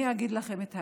אני אגיד לכם את האמת,